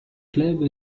club